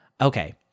okay